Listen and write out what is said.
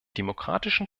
demokratischen